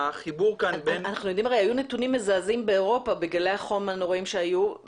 היו נתונים מזעזעים באירופה בגלי החום הנוראיים שהיו.